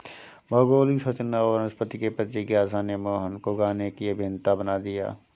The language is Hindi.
भौगोलिक संरचना और वनस्पति के प्रति जिज्ञासा ने मोहन को गाने की अभियंता बना दिया